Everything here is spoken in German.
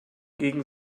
gegen